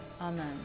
Amen